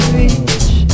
reach